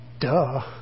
duh